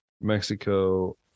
Mexico